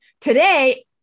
Today